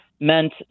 meant